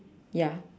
ya